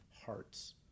hearts